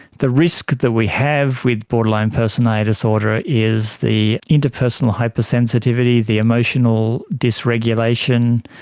the risk that we have with borderline personality disorder is the interpersonal hypersensitivity, the emotional dysregulation,